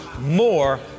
more